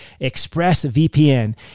ExpressVPN